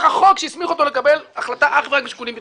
החוק שהסמיך אותו לקבל החלטה אך ורק משיקולים ביטחוניים.